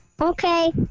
Okay